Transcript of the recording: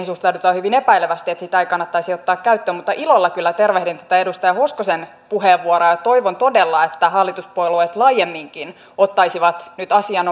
suhtaudutaan hyvin epäilevästi että sitä ei kannattaisi ottaa käyttöön mutta ilolla kyllä tervehdin tätä edustaja hoskosen puheenvuoroa ja ja toivon todella että hallituspuolueet laajemminkin ottaisivat nyt asian